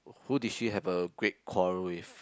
who did she have a great quarrel with